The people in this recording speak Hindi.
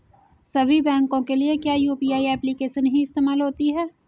सभी बैंकों के लिए क्या यू.पी.आई एप्लिकेशन ही इस्तेमाल होती है?